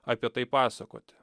apie tai pasakoti